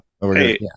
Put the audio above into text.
Hey